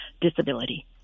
disability